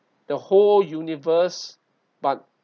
the whole universe but